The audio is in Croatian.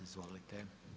Izvolite.